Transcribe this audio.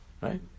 right